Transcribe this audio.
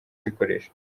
kuyikoresha